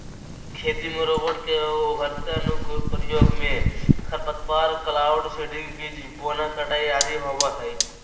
खेती में रोबोट के उभरते अनुप्रयोग मे खरपतवार, क्लाउड सीडिंग, बीज बोना, कटाई आदि होवई हई